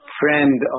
friend